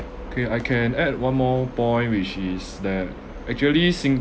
K I can add one more point which is that actually sing~